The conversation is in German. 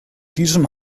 diesem